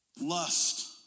lust